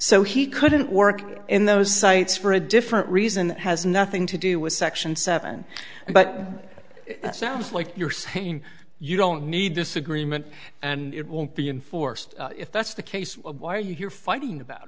so he couldn't work in those sites for a different reason has nothing to do with section seven but it sounds like you're saying you don't need this agreement and it won't be enforced if that's the case why you're fighting about